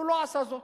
והוא לא עשה זאת.